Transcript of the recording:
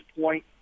point